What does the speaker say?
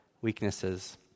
weaknesses